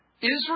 Israel